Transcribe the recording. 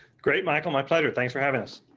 great michael my pleasure, thanks for having us.